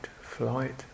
flight